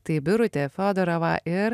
tai birutė fiodorovą ir